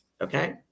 okay